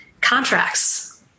contracts